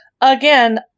Again